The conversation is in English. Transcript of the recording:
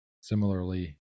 similarly